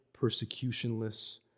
persecutionless